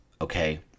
okay